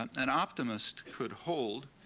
an optimist could hold,